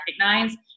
recognize